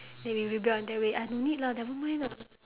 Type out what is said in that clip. then you rebel in that way ah no need lah never mind ah